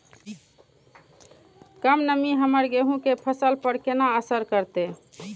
कम नमी हमर गेहूँ के फसल पर केना असर करतय?